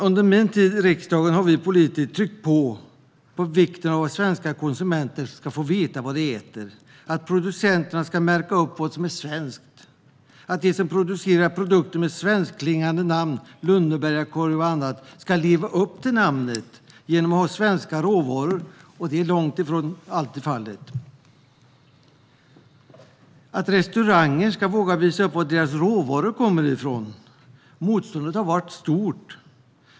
Under min tid i riksdagen har vi politiker tryckt på vikten av att svenska konsumenter får veta vad de äter, att producenterna genom märkning ska visa vad som är svenskt, att de som producerar produkter med svenskklingande namn - Lönnebergakorv och annat - ska leva upp till namnet genom att ha svenska råvaror, vilket långt ifrån alltid är fallet, och att restauranger ska våga visa upp var deras råvaror kommer från. Motståndet har varit stort.